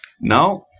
Now